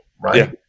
right